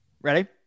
Ready